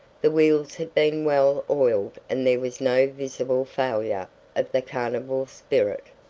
the wheels had been well oiled and there was no visible failure of the carnival spirit.